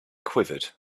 quivered